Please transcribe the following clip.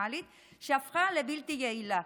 פרופורציונלית עד שהפכה לבלתי יעילה.